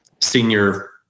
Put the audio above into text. senior